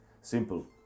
simple